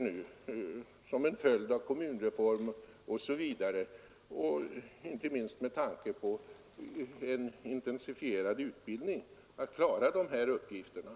nu som en följd av bl.a. kommunreformen helt andra möjligheter — inte minst med hjälp av en intensifierad utbildning — att klara de åligganden de hittills handlagt.